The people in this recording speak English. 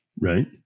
Right